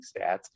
stats